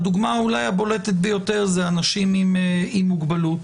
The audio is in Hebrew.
הדוגמה אולי הבולטת ביותר זה אנשים עם מוגבלות,